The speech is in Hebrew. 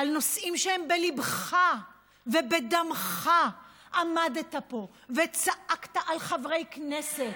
ועל נושאים שהם בליבך ובדמך עמדת פה וצעקת על חברי כנסת,